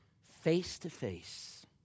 face-to-face